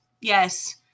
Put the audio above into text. Yes